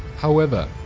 however,